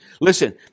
Listen